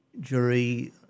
jury